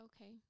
Okay